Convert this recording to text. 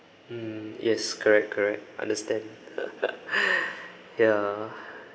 mm yes correct correct understand ya